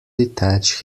detach